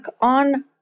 on